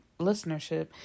listenership